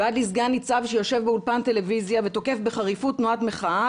ועד לסגן ניצב שיושב באולפן הטלוויזיה ותוקף בחריפות תנועת מחאה,